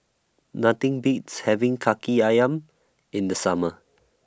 Nothing Beats having Kaki Ayam in The Summer